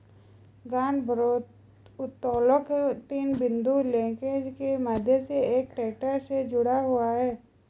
गांठ भारोत्तोलक तीन बिंदु लिंकेज के माध्यम से एक ट्रैक्टर से जुड़ा हुआ है